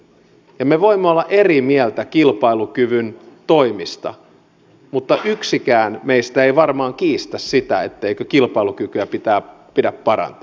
me voimme olla eri mieltä kilpailukyvyn toimista mutta yksikään meistä ei varmaan kiistä sitä etteikö kilpailukykyä pidä parantaa